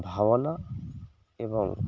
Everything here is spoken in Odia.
ଭାବନା ଏବଂ